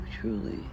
truly